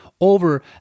over